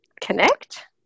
connect